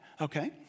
okay